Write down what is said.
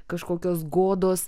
kažkokios godos